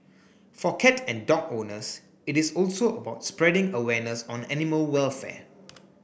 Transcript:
for cat and dog owners it is also about spreading awareness on animal welfare